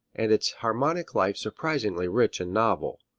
and its harmonic life surprisingly rich and novel.